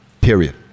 period